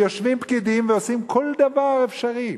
ויושבים פקידים ועושים כל דבר אפשרי.